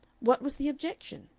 what was the objection?